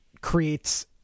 creates